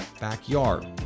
backyard